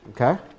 okay